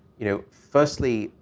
you know, firstly,